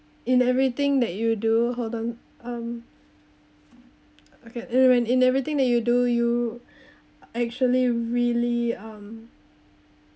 in everything that you do hold on um okay when in everything that you do you actually really um